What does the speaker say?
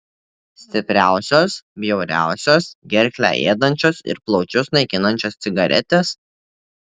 stipriausios bjauriausios gerklę ėdančios ir plaučius naikinančios cigaretės